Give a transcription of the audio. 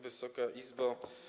Wysoka Izbo!